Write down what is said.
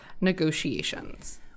negotiations